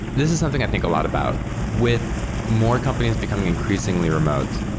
this is something i think a lot about. with more companies becoming increasingly remote,